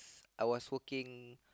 I was working